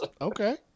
Okay